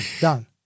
done